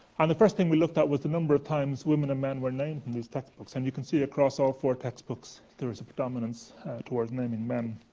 and the first thing we looked at was the number of times women and men were named in these textbooks. and you can see across all four textbooks, there is a predominance towards naming men.